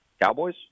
Cowboys